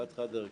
חד-חד-ערכי.